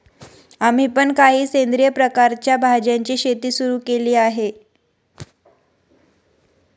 आम्ही पण काही सेंद्रिय प्रकारच्या भाज्यांची शेती सुरू केली आहे